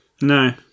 No